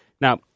Now